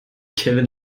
kevin